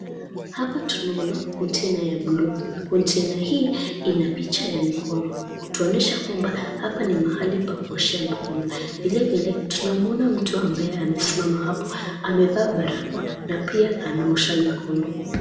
Hapa tunaona container ya bluu. Container hii ina picha ya mikono kutuonesha kwamba hapa ni mahali pa kuoshea mkono. Vilevile tunamuona mtu ambaye amesimama hapo amevaa barakoa na pia anaosha mikono.